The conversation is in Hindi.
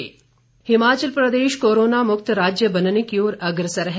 कोरोना हिमाचल प्रदेश कोरोना मुक्त राज्य बनने की ओर अग्रसर है